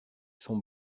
son